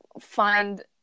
find